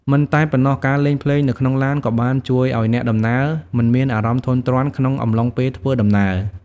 មិនតែប៉ុណ្ណោះ ការលេងភ្លេងនៅក្នុងឡានក៏បានជួយឱ្យអ្នកដំណើរមិនមានអារម្មណ៍ធុញទ្រាន់ក្នុងអំឡុងពេលធ្វើដំណើរ។